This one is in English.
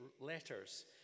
Letters